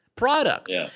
product